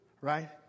right